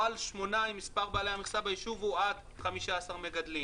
או על 8 אם מספר בעלי המכסה ביישוב הוא עד 15 מגדלים,